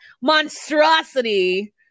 monstrosity